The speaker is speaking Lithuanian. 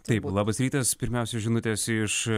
taip labas rytas pirmiausia žinutės iš